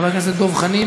חבר הכנסת איציק שמולי.